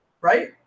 Right